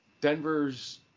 Denver's